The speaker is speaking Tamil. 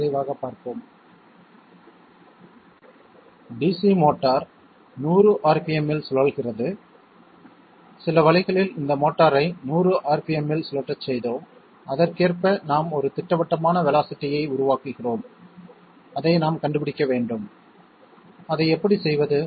விரைவாகப் பார்ப்போம் DC மோட்டார் 100 rpm இல் சுழல்கிறது சில வழிகளில் இந்த மோட்டாரை 100 rpm இல் சுழற்றச் செய்தோம் அதற்கேற்ப நாம் ஒரு திட்டவட்டமான வேலோஸிட்டி ஐ உருவாக்குகிறோம் அதை நாம் கண்டுபிடிக்க வேண்டும் அதை எப்படி செய்வது